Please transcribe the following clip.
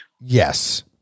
Yes